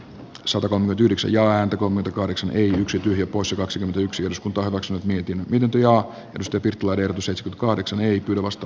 suomen tylyksi ja häntä komento kahdeksan yksi kuusi kaksikymmentäyksi eduskunta omaksunut merkin viljelty jo pystytys tulee siis kahdeksan ei kovasta